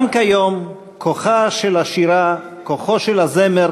גם כיום כוחה של השירה, כוחו של הזמר